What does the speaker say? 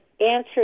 answer